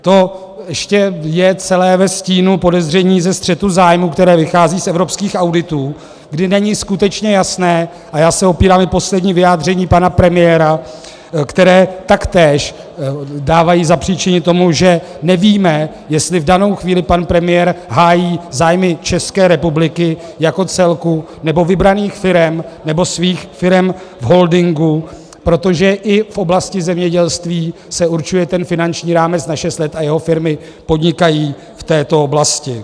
To je ještě celé ve stínu podezření ze střetu zájmů, které vychází z evropských auditů, kdy není skutečně jasné, a já se opírám i o poslední vyjádření pana premiéra, které taktéž dávají zapříčinit tomu, že nevíme, jestli v danou chvíli pan premiér hájí zájmy České republiky jako celku, nebo vybraných firem, nebo svých firem v holdingu, protože i v oblasti zemědělství se určuje finanční rámec na šest let a jeho firmy podnikají v této oblasti.